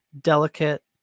delicate